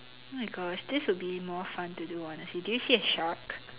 my gosh this would be more fun to do honestly do you see a shark